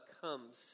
comes